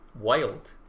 Wild